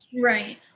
right